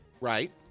Right